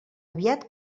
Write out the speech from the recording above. aviat